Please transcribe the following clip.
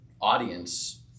audience